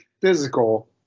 physical